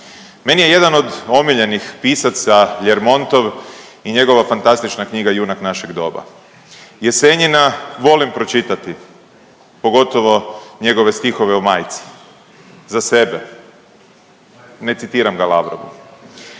Meni je jedan od omiljenih pisaca Ljermontov i njegova fantastična knjiga „Junak našeg doba“. Jesenjina volim pročitati, pogotovo njegove stihove o majci, za sebe, ne citiram ga Lavrovu.